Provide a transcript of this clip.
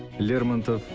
lermontov